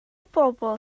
bobl